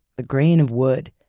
the grain of wood,